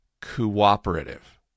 cooperative